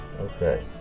Okay